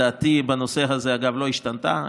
דעתי בנושא הזה, אגב, לא השתנתה,